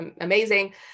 amazing